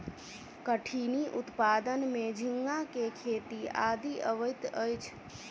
कठिनी उत्पादन में झींगा के खेती आदि अबैत अछि